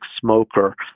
smoker